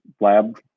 lab